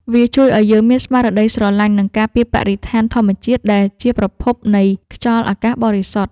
វាជួយឱ្យយើងមានស្មារតីស្រឡាញ់ និងការពារបរិស្ថានធម្មជាតិដែលជាប្រភពនៃខ្យល់អាកាសបរិសុទ្ធ។